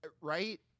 right